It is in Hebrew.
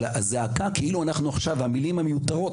אבל הזעקה שנשמעת עכשיו עם מילים מיותרות,